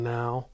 now